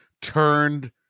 turned